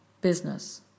business